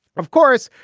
of course,